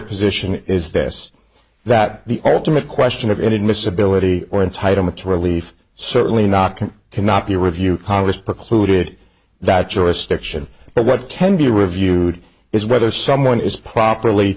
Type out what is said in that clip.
position is this that the ultimate question of inadmissibility or entitlement to relief certainly not cannot be reviewed congress precluded that jurisdiction but what can be reviewed is whether someone is properly